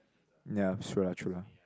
ya sure lah true lah